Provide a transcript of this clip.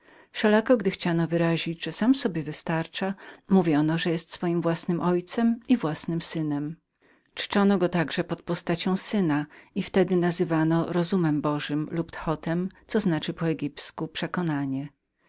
wszelako gdy chciano wyrazić o ile sam sobie wystarcza mówiono że jest swoim własnym ojcem i własnym synem czczono go także pod postacią syna i wtedy nazywano rozumem bożym lub thotem co znaczy po egipsku przekonanie